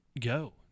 go